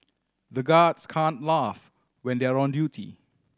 the guards can't laugh when they are on duty